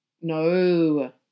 No